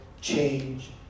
change